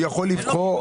הוא יכול לבחור.